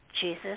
Jesus